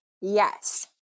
Yes